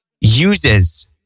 uses